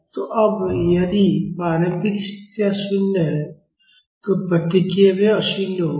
तो अब यदि प्रारंभिक स्थितियाँ 0 हैं तो प्रतिक्रिया भी अशून्य होगी